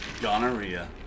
gonorrhea